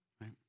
right